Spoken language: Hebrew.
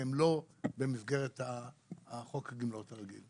זה לא במסגרת חוק הגמלאות הרגיל.